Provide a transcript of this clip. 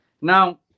Now